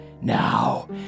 Now